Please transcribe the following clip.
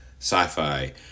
sci-fi